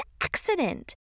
accident